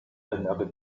another